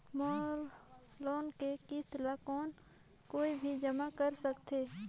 मोर loan के किस्त ल कौन कोई भी जमा कर सकथे?